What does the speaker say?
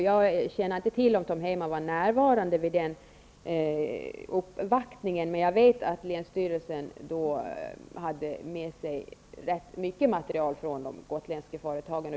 Jag känner inte till om Tom Heyman var närvarande vid uppvaktningen, men jag vet att länsstyrelsens företrädare då hade med sig rätt mycket material från de gotländska företagen.